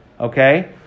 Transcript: Okay